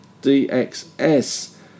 DXS